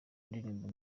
indirimbo